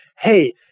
hey